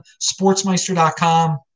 SportsMeister.com